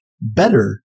better